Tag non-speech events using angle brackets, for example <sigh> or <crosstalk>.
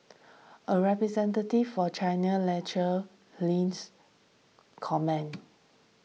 a representative for China <unintelligible> links comment